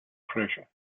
pressure